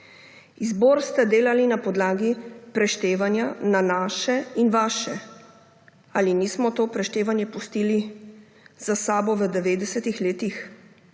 Izbor sta delali na podlagi preštevanja na naše in vaše. Ali nismo to preštevanje pustili za sabo v devetdesetih